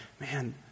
man